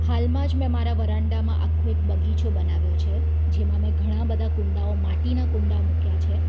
હાલમાં જ મેં મારા વરંડામાં એક આખો બગીચો બનાવ્યો છે જેમાં મેં ઘણા બધા કુંડાઓ માટીના કુંડા મૂક્યા છે